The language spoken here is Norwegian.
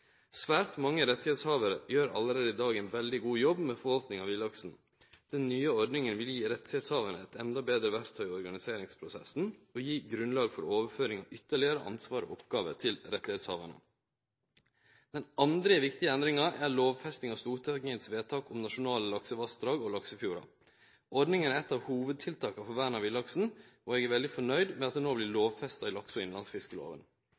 Svært mange rettshavarar gjer allereie i dag ein veldig god jobb med forvalting av villaksen. Den nye ordninga vil gje rettshavarane eit endå betre verktøy i organiseringsprosessen, og gje grunnlag for overføring av ytterlegare ansvar og oppgåver til rettshavarane. Den andre viktige endringa er lovfesting av Stortingets vedtak om nasjonale laksevassdrag og laksefjordar. Ordninga er eit av hovudtiltaka for vern av villaksen, og eg er veldig fornøgd med at